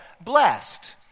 Blessed